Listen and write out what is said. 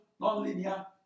nonlinear